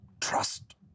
trust